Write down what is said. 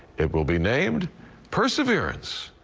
it will be named perseverance.